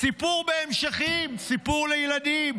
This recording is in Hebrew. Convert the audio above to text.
סיפור בהמשכים, סיפור לילדים,